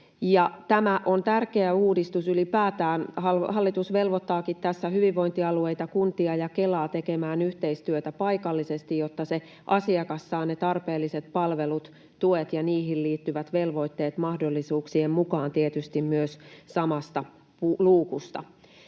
Tämä on tärkeä uudistus ylipäätään. Hallitus velvoittaakin tässä hyvinvointialueita, kuntia ja Kelaa tekemään yhteistyötä paikallisesti, jotta asiakas saa ne tarpeelliset palvelut, tuet ja niihin liittyvät velvoitteet mahdollisuuksien mukaan tietysti myös samasta luukusta.